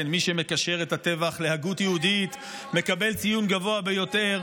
מי שמקשר את הטבח להגות יהודית מקבל ציון גבוה ביותר.